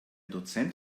dozent